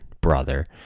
brother